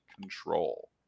control